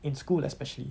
in school especially